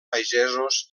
pagesos